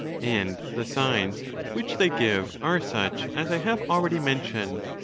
and the signs which they give are such as i have already inentioned,